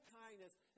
kindness